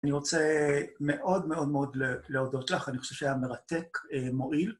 אני רוצה מאוד מאוד מאוד להודות לך, אני חושב שהיה מרתק, מועיל.